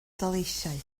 daleithiau